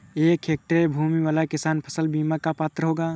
क्या एक हेक्टेयर भूमि वाला किसान फसल बीमा का पात्र होगा?